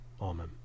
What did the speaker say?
Amen